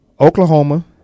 Oklahoma